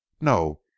No